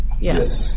Yes